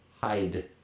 hide